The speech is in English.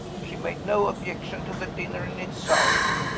she made no objection to the dinner in itself.